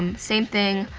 and same thing,